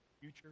future